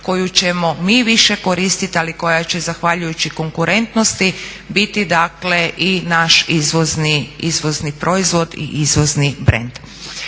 koju ćemo mi više koristit, ali koja će zahvaljujući konkurentnosti biti dakle i naš izvozni proizvod i izvozni brend.